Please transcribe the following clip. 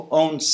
own